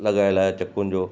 लॻाएल आहे चक्कूंनि जो